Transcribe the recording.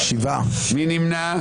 מי נמנע?